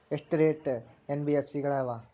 ಎಷ್ಟ ರೇತಿ ಎನ್.ಬಿ.ಎಫ್.ಸಿ ಗಳ ಅವ?